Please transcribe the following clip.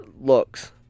looks